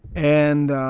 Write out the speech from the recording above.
and